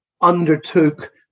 undertook